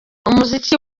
umuziki